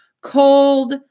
cold